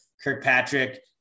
Kirkpatrick